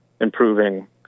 improving